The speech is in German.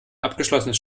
abgeschlossenes